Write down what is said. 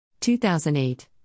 2008